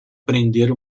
prender